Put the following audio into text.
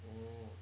oo